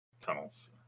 tunnels